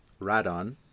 Radon